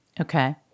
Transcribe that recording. Okay